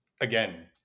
again